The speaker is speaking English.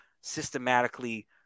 systematically